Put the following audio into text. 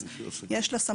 אז, יש לה סמכות.